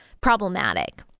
problematic